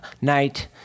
night